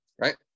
right